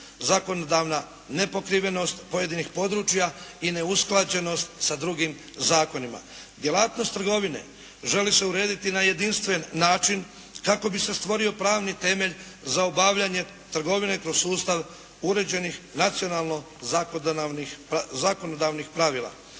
zakonodavna nepokrivenost pojedinih područja i neusklađenost sa drugim zakonima. Djelatnost trgovine želi se urediti na jedinstven način kako bi se stvorio pravni temelj za obavljanje trgovine kroz sustav uređenih nacionalno zakonodavnih pravila.